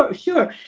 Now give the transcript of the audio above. ah sure.